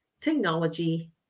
technology